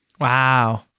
Wow